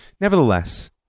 Nevertheless